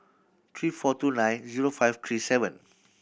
three four two nine zero five three seven